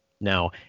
Now